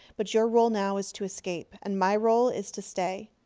but your role now is to escape. and my role is to stay.